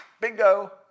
Bingo